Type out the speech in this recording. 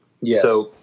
Yes